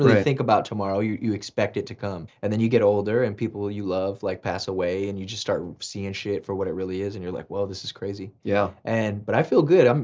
really think about tomorrow, you you expect it to come. and then you get older and people you love like pass away, and you just start seeing shit for what it really is, and you're like well this is crazy. yeah. and, but i feel good. um